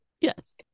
yes